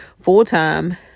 full-time